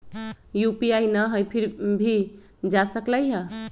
UPI न हई फिर भी जा सकलई ह?